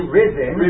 risen